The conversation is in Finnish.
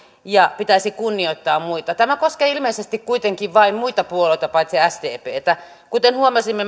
ja pitäisi kunnioittaa muita tämä koskee ilmeisesti kuitenkin vain muita puolueita paitsi sdptä kuten huomasimme